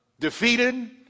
defeated